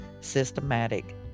systematic